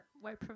White